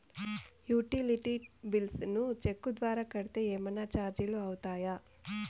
Utility bills ను cheque ద్వారా కట్టితే ఏమన్నా చార్జీలు అవుతాయా?